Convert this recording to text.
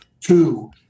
two